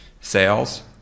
sales